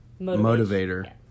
motivator